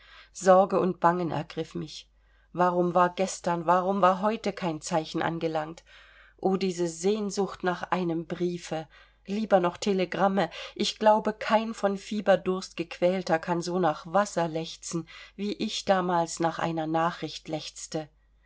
sorge und bangen ergriff mich warum war gestern warum heute kein zeichen angelangt o diese sehnsucht nach einem briefe lieber noch telegramme ich glaube kein von fieberdurst gequälter kann so nach wasser lechzen wie ich damals nach einer nachricht lechzte